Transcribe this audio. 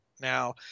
now